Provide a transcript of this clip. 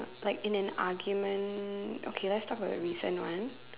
like in an argument okay let's talk about the recent one